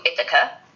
Ithaca